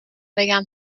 بگم